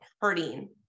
hurting